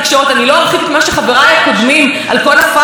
איפה יושרה של ראש מדינה שאמור היה לתת פה מענה?